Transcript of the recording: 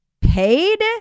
paid